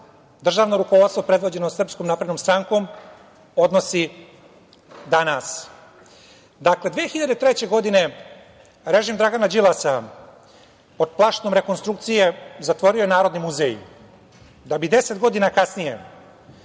državno rukovodstvo predvođeno SNS odnosi danas. Dakle, 2003. godine režim Dragana Đilasa pod plaštom rekonstrukcije zatvorio je Narodni muzej, da bi 10 godina kasnije